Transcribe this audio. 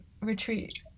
retreat